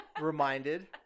Reminded